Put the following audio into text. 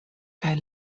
kaj